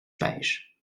pêche